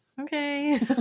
Okay